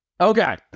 Okay